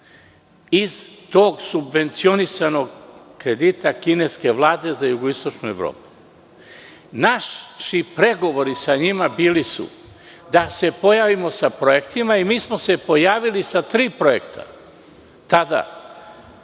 iz tog subvencionisanog kredita kineske vlade za Jugoistočnu Evropu. Naši pregovori sa njima bili su da se pojavimo sa projektima i pojavili smo se sa tri projekta tada.